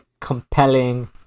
compelling